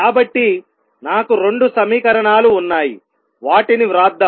కాబట్టి నాకు రెండు సమీకరణాలు ఉన్నాయి వాటిని వ్రాద్దాం